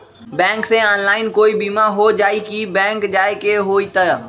Bank से online कोई बिमा हो जाई कि बैंक जाए के होई त?